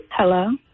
Hello